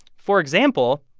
for example,